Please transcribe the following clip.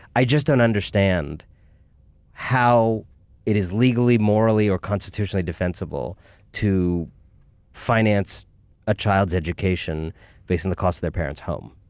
i just don't understand how it is legally, morally, or constitutionally defensible to finance a child's education based on the cost of their parents' home.